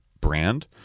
brand